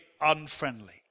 unfriendly